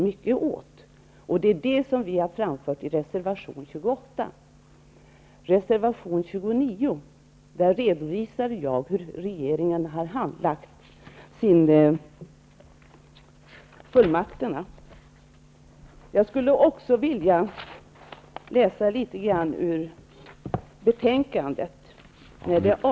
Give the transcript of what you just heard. Här skiljer han och jag oss faktiskt väldigt mycket åt. I reservation 29 redovisar jag hur regeringen har handlagt fullmaktstjänsterna.